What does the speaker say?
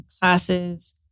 classes